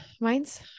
mine's